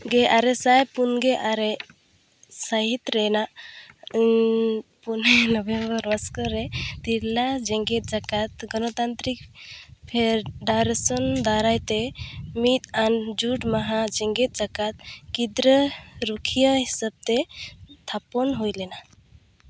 ᱜᱮ ᱟᱨᱮᱥᱟᱭ ᱯᱩᱱᱜᱮ ᱟᱨᱮ ᱥᱟᱹᱦᱤᱛ ᱨᱮᱱᱟᱜ ᱯᱩᱱ ᱱᱚᱵᱷᱮᱢᱵᱚᱨ ᱢᱚᱥᱠᱳᱨᱮ ᱛᱤᱨᱞᱟᱹ ᱡᱮᱜᱮᱫ ᱡᱟᱠᱟᱛ ᱜᱚᱱᱚᱛᱟᱱᱛᱨᱤᱠ ᱯᱷᱮᱰᱟᱨᱮᱥᱚᱱ ᱫᱟᱨᱟᱭᱛᱮ ᱢᱤᱫᱼᱟᱱ ᱡᱩᱴ ᱢᱟᱦᱟ ᱡᱮᱜᱮᱫ ᱡᱟᱠᱟᱛ ᱜᱤᱫᱽᱨᱟᱹ ᱨᱩᱠᱷᱤᱭᱟᱹ ᱦᱤᱥᱟᱹᱵᱽᱛᱮ ᱛᱷᱟᱯᱚᱱ ᱦᱩᱭᱞᱮᱱᱟ